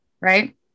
Right